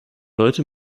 leute